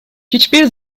hiçbir